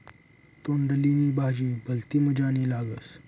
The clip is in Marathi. तोंडली नी भाजी भलती मजानी लागस